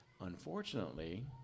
Unfortunately